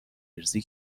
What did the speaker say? ریزی